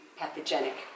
pathogenic